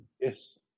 Yes